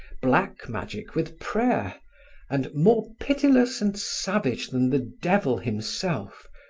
black magic with prayer and, more pitiless and savage than the devil himself,